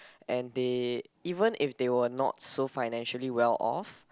and they even if they were not so financially well off